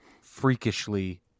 freakishly